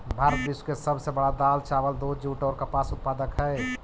भारत विश्व के सब से बड़ा दाल, चावल, दूध, जुट और कपास उत्पादक हई